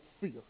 fear